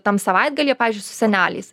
tam savaitgalyje pavyzdžiui su seneliais